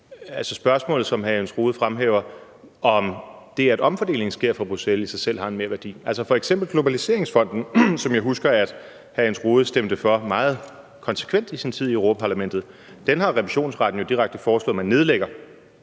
altså spørgsmålet, som hr. Jens Rohde fremhæver, nemlig om det, at omfordelingen sker fra Bruzelles, i sig selv har en merværdi. Der er f.eks. Globaliseringsfonden, som jeg husker hr. Jens Rohde meget konsekvent stemte for i sin tid i Europa-Parlamentet. Den har Revisionsretten jo direkte foreslået man nedlægger,